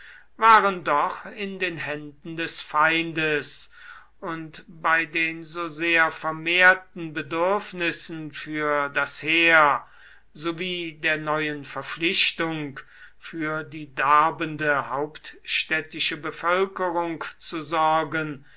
waren doch in den händen des feindes und bei den so sehr vermehrten bedürfnissen für das heer sowie der neuen verpflichtung für die darbende hauptstädtische bevölkerung zu sorgen